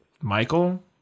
Michael